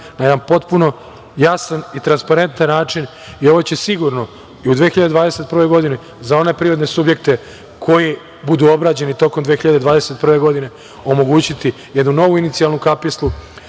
na jedan potpuno jasan, transparentan način i ovo će sigurno i u 2021. godini za one privredne subjekte koji budu obrađeni tokom 2021. godine omogućiti jednu novu inicijalnu kapislu